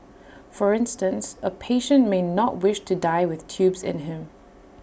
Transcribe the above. for instance A patient may wish to not die with tubes in him